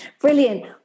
Brilliant